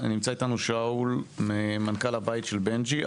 נמצא איתנו שאול, מנכ"ל הבית של בנג'י.